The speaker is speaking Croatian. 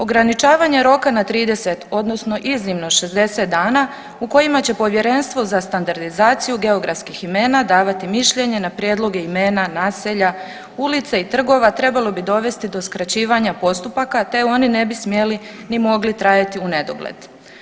Ograničavanje roka na 30 odnosno iznimno 60 dana u kojima će Povjerenstvo za standardizaciju geografskih imena davati mišljenje na prijedloge imena naselja, ulica i trgova trebalo bi dovesti do skraćivanja postupaka te oni ne bi smjeli ni mogli trajati u nedogled.